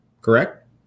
correct